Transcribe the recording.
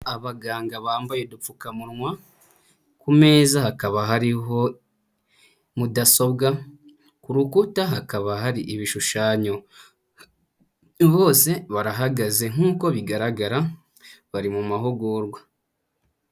Abaganga bambaye udupfukamunwa ku meza hakaba hariho mudasobwa, ku rukuta hakaba hari ibishushanyo bose barahagaze nk'uko bigaragara bari mu mahugurwa.